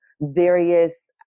various